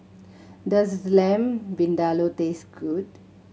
does the Lamb Vindaloo taste good